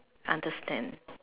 understand